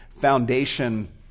foundation